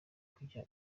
kujya